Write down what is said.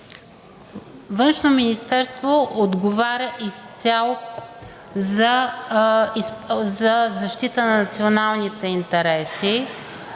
Външно министерство отговаря изцяло за защита на националните интереси,